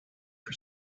for